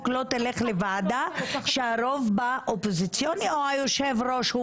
לא תלך לוועדה שהרוב בה אופוזיציוני או שהיושב ראש בה הוא